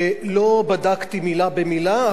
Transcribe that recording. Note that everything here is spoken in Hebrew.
לא בדקתי מלה במלה,